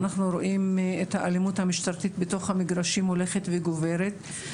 ואנחנו רואים את האלימות המשטרתית בתוך המגרשים הולכת וגוברת.